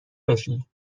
بشین